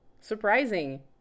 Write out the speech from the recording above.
surprising